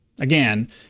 Again